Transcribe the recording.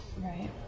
Right